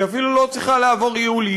היא אפילו לא צריכה לעבור ייעול,